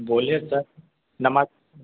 बोलिए सर नमस